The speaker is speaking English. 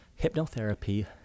Hypnotherapy